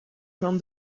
from